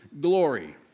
glory